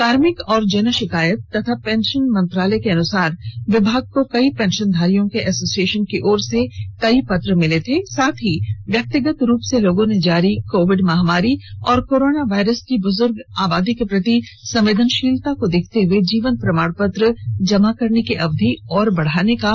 कार्भिक और जनशिकायत एवं पेंशन मंत्रालय के अनुसार विभाग को कई पेंशनधारियों के एसोसिएशन की ओर से कई पत्र मिले थे साथ ही व्यक्तिगंत रूप से लोगों ने जारी कोविड महामारी और कोरोना वायरस की ब्रज़्र्ग आबादी के प्रति संवेदनशीलता को देखते हुए जीवन प्रमाणपत्र जमा करने की अवधि और बढ़ाने का आग्रह किया था